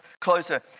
closer